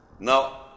Now